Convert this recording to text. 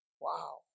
Wow